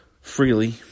freely